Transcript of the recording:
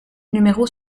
numéro